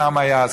פעם היה,